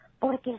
Porque